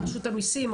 רשות המיסים,